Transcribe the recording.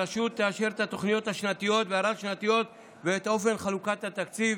הרשות תאשר את התוכניות השנתיות והרב-שנתיות ואת אופן חלוקת התקציב